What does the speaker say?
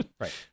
Right